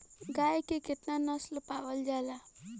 गाय के केतना नस्ल पावल जाला?